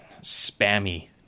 spammy